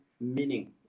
meaning